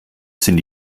sind